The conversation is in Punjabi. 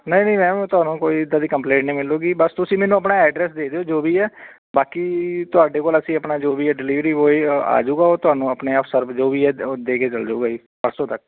ਨਹੀਂ ਨਹੀਂ ਮੈਮ ਤੁਹਾਨੂੰ ਕੋਈ ਇੱਦਾਂ ਦੀ ਕੰਪਲੇਂਟ ਨਹੀਂ ਮਿਲੂਗੀ ਬਸ ਤੁਸੀਂ ਮੈਨੂੰ ਆਪਣਾ ਐਡਰੈਸ ਦੇ ਦਿਓ ਜੋ ਵੀ ਹੈ ਬਾਕੀ ਤੁਹਾਡੇ ਕੋਲ ਅਸੀਂ ਆਪਣਾ ਜੋ ਵੀ ਹੈ ਡਿਲੀਵਰੀ ਬੋਆਏ ਅ ਆਜੂਗਾ ਉਹ ਤੁਹਾਨੂੰ ਆਪਣੇ ਆਪ ਸਰਵ ਜੋ ਵੀ ਹੈ ਉਹ ਦੇ ਕੇ ਚਲ ਜਾਊਗਾ ਜੀ ਪਰਸੋਂ ਤੱਕ